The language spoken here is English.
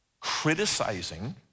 criticizing